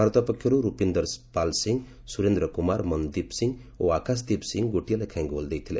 ଭାରତ ପକ୍ଷରୁ ରୁପିନ୍ଦର ପାଲ୍ ସିଂ ସୁରେନ୍ଦ୍ର କୁମାର ମନ୍ଦୀପ ସିଂ ଓ ଆକାଶଦୀପ ସିଂ ଗୋଟିଏ ଲେଖାଏଁ ଗୋଲ୍ ଦେଇଥିଲେ